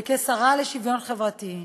וכשרה לשוויון חברתי,